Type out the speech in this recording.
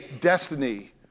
destiny